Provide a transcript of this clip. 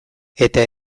eta